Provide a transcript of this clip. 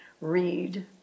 read